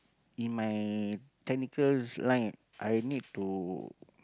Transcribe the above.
in my technical line I need to